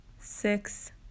six